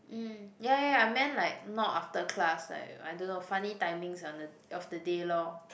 mm ya ya ya I meant like not after class like I don't know funny timings on the of the day lor